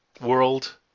world